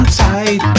tight